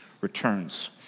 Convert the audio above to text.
returns